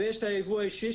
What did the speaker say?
ויש יבוא אישי,